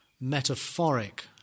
metaphoric